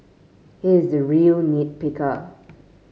he is a real nit picker